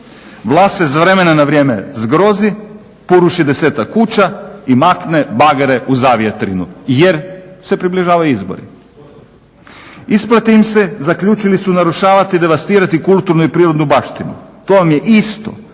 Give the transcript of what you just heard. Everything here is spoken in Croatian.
Vlast se s vremena na vrijeme zgrozi, poruši 10-tak kuća i makne bagere u zavjetrinu jer se približavaju izbori. Isplati im se zaključili su narušavati, devastirati kulturnu i prirodnu baštinu. To vam je isto